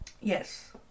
yes